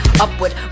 upward